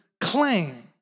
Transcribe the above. claim